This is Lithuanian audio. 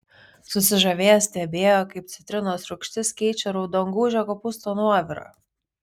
susižavėję stebėjo kaip citrinos rūgštis keičia raudongūžio kopūsto nuovirą